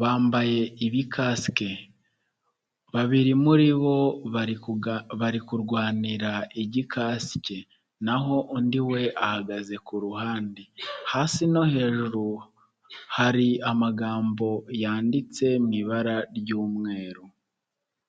bambaye ibikasike, babiri muri bo bari kurwanira igikasike naho undi we ahagaze ku ruhande, hasi no hejuru hari amagambo yanditse mu ibara ry'umweru.